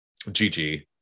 GG